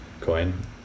coin